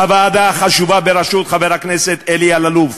הוועדה החשובה בראשות חבר הכנסת אלי אלאלוף